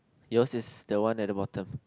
yours is the one at the bottom